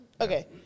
Okay